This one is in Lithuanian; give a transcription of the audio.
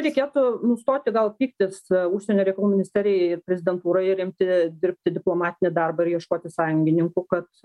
reikėtų nustoti gal pyktis užsienio reikalų ministerijai ir prezidentūrai ir imti dirbti diplomatinį darbą ir ieškoti sąjungininkų kad